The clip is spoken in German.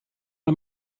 hat